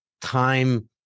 time